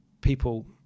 people